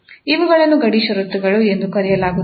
ಇವುಗಳನ್ನು ಗಡಿ ಷರತ್ತುಗಳು ಎಂದು ಕರೆಯಲಾಗುತ್ತದೆ